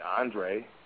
Andre